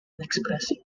expressive